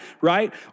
right